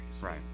Right